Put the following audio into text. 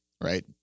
Right